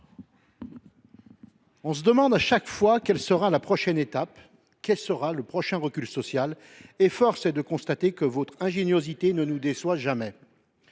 On se demande à chaque fois quelle sera la prochaine étape, quel sera le prochain recul social : force est de constater que votre ingéniosité ne nous déçoit jamais